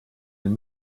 ein